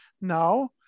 now